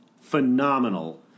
phenomenal